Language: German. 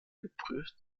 geprüft